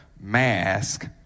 Mask